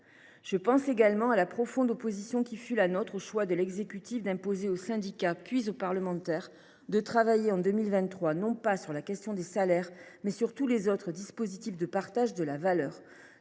Je pense également à la profonde opposition qui fut la nôtre au choix de l’exécutif d’imposer aux syndicats puis aux parlementaires de travailler en 2023 non pas sur la question des salaires, mais sur tous les autres dispositifs de partage de la valeur.